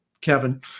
Kevin